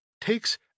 takes